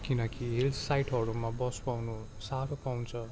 किनकि हिल्स साइडहरूमा बस पाउनु साह्रो पाउँछ